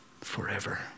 forever